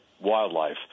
wildlife